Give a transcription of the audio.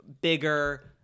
bigger